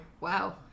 wow